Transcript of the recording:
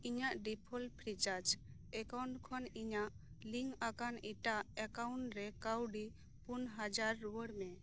ᱤᱧᱟᱹᱜ default free charge account ᱠᱷᱚᱱ ᱤᱧᱟᱜ ᱞᱤᱝ ᱟᱠᱟᱱ ᱮᱴᱟᱜ ᱮᱠᱟᱣᱩᱸᱴ ᱨᱮ ᱠᱟᱣᱰᱤ ᱯᱩᱱ ᱦᱟᱡᱟᱨ ᱨᱩᱣᱟᱹᱲ ᱢᱮ